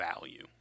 value